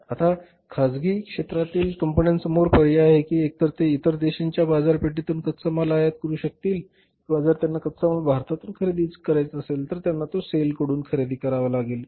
तर आता या खासगी क्षेत्रातील कंपन्यांसमोर पर्याय आहे की एकतर ते इतर देशांच्या बाजारपेठेतून कच्चा माल आयात करू शकतील किंवा जर त्यांना कच्चा माल भारतातून खरेदी करायचा असेल तर त्यांना तो सेलमधून खरेदी करावा लागेल